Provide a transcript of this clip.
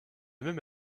même